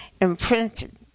imprinted